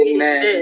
Amen